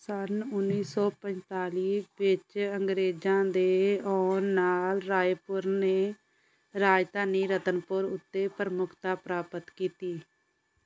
ਸੰਨ ਉੱਨੀ ਸੌ ਪੰਤਾਲੀ ਵਿੱਚ ਅੰਗਰੇਜ਼ਾਂ ਦੇ ਆਉਣ ਨਾਲ ਰਾਏਪੁਰ ਨੇ ਰਾਜਧਾਨੀ ਰਤਨਪੁਰ ਉੱਤੇ ਪ੍ਰਮੁੱਖਤਾ ਪ੍ਰਾਪਤ ਕੀਤੀ